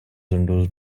endorsed